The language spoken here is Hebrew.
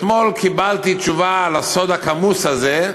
אתמול קיבלתי תשובה על הסוד הכמוס הזה,